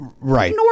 right